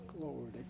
Glory